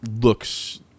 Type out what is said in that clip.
looks